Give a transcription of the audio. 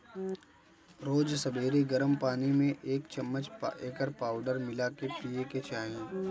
रोज सबेरे गरम पानी में एक चमच एकर पाउडर मिला के पिए के चाही